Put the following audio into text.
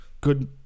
good